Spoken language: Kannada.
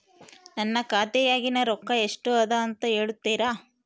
ನನ್ನ ಖಾತೆಯಾಗಿನ ರೊಕ್ಕ ಎಷ್ಟು ಅದಾ ಅಂತಾ ಹೇಳುತ್ತೇರಾ?